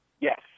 yes